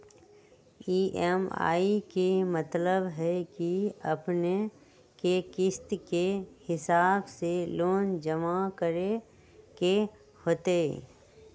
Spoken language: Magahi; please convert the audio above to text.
ई.एम.आई के मतलब है कि अपने के किस्त के हिसाब से लोन जमा करे के होतेई?